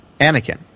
Anakin